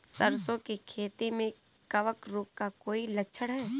सरसों की खेती में कवक रोग का कोई लक्षण है?